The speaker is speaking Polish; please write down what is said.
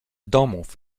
domów